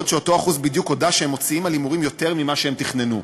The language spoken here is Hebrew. בעוד אותו אחוז בדיוק הודו שהם מוציאים על הימורים יותר ממה שהם תכננו.